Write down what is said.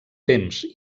temps